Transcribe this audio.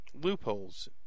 loopholes